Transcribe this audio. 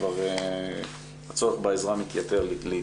כבר הצורך בעזרה מתייתר לעתים.